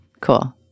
Cool